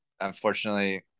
unfortunately